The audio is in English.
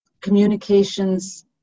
communications